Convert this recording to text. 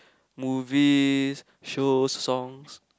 movies shows songs